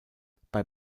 bei